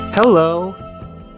Hello